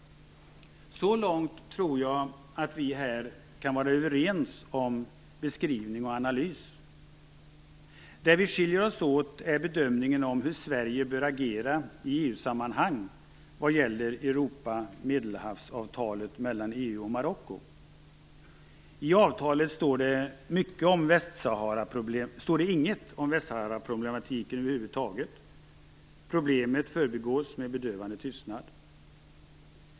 Så långt tror jag att vi här kan vara överens när det gäller beskrivning och analys. Det som skiljer oss åt är bedömningen av hur Sverige bör agera i EU sammanhang vad gäller Europa-Medelhavsavtalet mellan EU och Marocko. I avtalet står det ingenting om Västsaharaproblematiken över huvud taget. Problemet förbigås med en bedövande tystnad.